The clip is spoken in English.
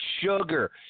sugar